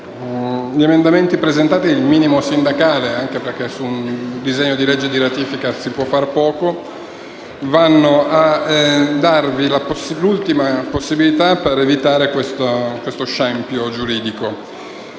gli emendamenti presentati rappresentano il minimo sindacale, perché su un disegno di legge di ratifica si può fare poco. Essi mirano a darvi l'ultima possibilità per evitare questo scempio giuridico.